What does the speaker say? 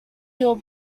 hill